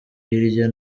hirya